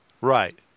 Right